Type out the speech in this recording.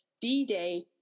D-Day